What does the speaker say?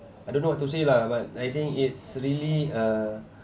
I don't know what to say lah but I think it's really uh